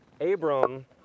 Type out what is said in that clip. Abram